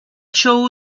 show